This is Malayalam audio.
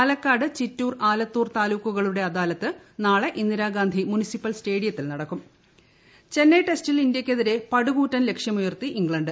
പാലക്കാട്ട് ചിറ്റൂർ ആലത്തൂർ താലൂക്കുകളുടെ അദാലത്ത് നാട്ട് ഈ ഇന്ദിരാഗാന്ധി മുനിസിപ്പൽ സ്റ്റേഡിയത്തിൽ നടക്കും പ്രകിക്കറ്റ് ചെന്നൈ ടെസ്റ്റിൽ ഇന്ത്യയ്ക്കെതിരെ പടുകൂറ്റൻ ലക്ഷ്യമുയർത്തി ഇംഗ്ലണ്ട്